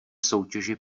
soutěži